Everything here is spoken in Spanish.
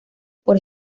por